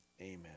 amen